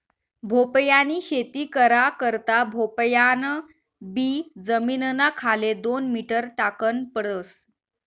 भोपयानी शेती करा करता भोपयान बी जमीनना खाले दोन मीटर टाकन पडस